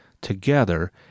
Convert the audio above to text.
together